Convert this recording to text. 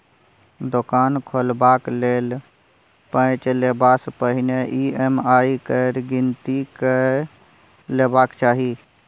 दोकान खोलबाक लेल पैंच लेबासँ पहिने ई.एम.आई केर गिनती कए लेबाक चाही